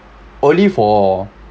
only for